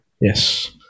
Yes